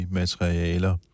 materialer